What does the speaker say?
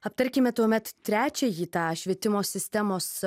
aptarkime tuomet trečiąjį tą švietimo sistemos